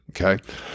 okay